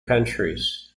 countries